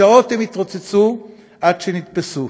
שעות הם התרוצצו עד שנתפסו.